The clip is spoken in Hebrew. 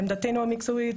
עמדתנו המקצועית,